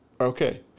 Okay